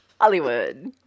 Hollywood